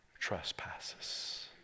trespasses